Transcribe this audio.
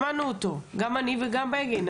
שמענו אותו גם אני וגם בגין.